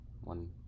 one